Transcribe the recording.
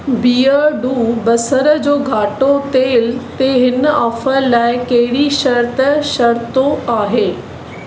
बिहुडू बसर जो घाटो तेल ते हिन ऑफर लाइ कहिड़ी शर्तु शरितो आहे